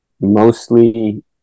mostly